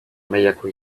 mailako